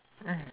mm